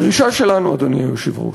הדרישה שלנו, אדוני היושב-ראש,